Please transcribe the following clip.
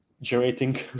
generating